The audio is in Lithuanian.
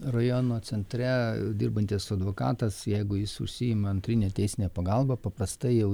rajono centre dirbantis advokatas jeigu jis užsiima antrinę teisine pagalba paprastai jau